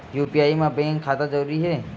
UPI मा bank खाता जरूरी हे?